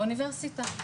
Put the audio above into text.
באוניברסיטה.